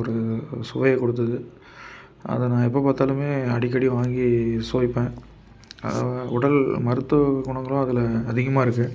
ஒரு சுவையை கொடுத்தது அதை நான் எப்போ பார்த்தாலுமே அடிக்கடி வாங்கி சுவைப்பேன் அதை தான் உடல் மருத்துவ குணங்களும் அதில் அதிகமாக இருக்குது